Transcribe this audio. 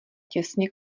těsně